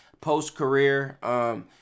post-career